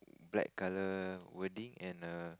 black colour wording and a